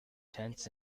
tents